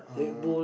uh